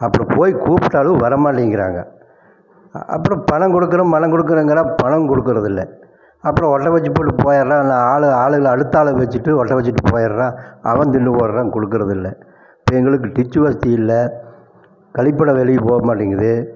அப்பறம் போய் கூப்பிட்டாலும் வரமாட்டேங்கிறாங்கள் அப்பறம் பணம் கொடுக்குற மலம் கொடுக்குறேங்கிறா பணம் கொடுக்கறதுல்ல அப்பறம் ஒட்ட வச்சுப்புட்டு போயிறான் எல்லாம் ஆளு ஆளு அடுத்தாளு வச்சிட்டு ஒட்ட வச்சுப்புட்டு போயிறான் அவன் தின்னுப்போய்ட்றான் கொடுக்கறதில்ல இப்போ எங்களுக்கு டிச்சு வசதி இல்லை கழிப்பிடம் வெளியே போக மாட்டேங்கிது